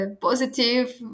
positive